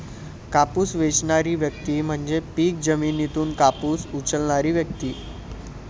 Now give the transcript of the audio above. कापूस वेचणारी व्यक्ती म्हणजे पीक जमिनीतून कापूस उचलणारी व्यक्ती